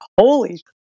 holy